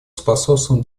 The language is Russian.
способствовал